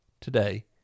today